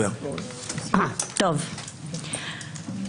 אתגבר על אנשים כמוך.